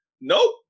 Nope